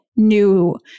new